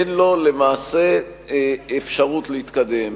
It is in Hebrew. אין לו אפשרות להתקדם,